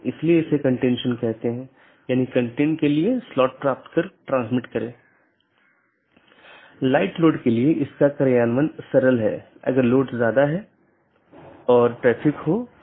और जैसा कि हम समझते हैं कि नीति हो सकती है क्योंकि ये सभी पाथ वेक्टर हैं इसलिए मैं नीति को परिभाषित कर सकता हूं कि कौन पारगमन कि तरह काम करे